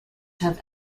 have